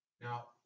Now